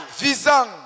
visant